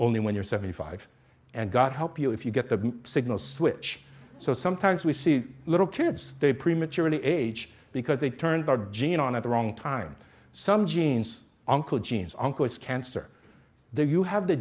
only when you're seventy five and god help you if you get the signal switch so sometimes we see little kids they prematurely age because they turned our gene on at the wrong time some genes oncle genes on cause cancer there you have the